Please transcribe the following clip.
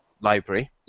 library